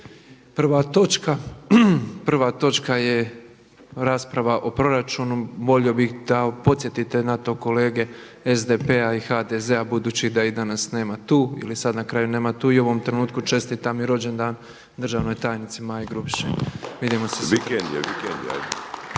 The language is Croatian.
Prva točka je rasprava o proračunu. Molio bih da podsjetite na to kolege SDP-a i HDZ a budući da ih danas nema tu, ili sad na kraju nema tu, i u ovom trenutku čestitam i rođendan državnoj tajnici Maji Grubiši. … /Pljesak./